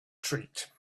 treat